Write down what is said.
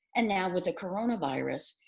and now with the coronavirus,